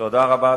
תודה רבה.